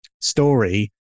story